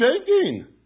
Shaking